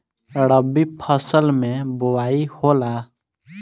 रबी फसल मे बोआई होला?